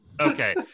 okay